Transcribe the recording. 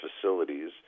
facilities